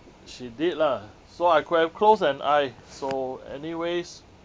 she did lah so I could have closed an eye so anyways